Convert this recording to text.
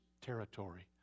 territory